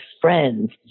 friends